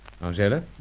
Angela